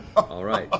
all right.